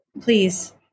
please